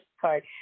card